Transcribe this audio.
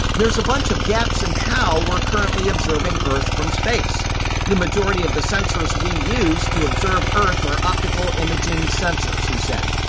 there's a bunch of gaps in how we're currently observing earth from space the majority of the sensors we use to observe earth are optical imaging sensors, he said.